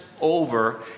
over